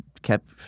Kept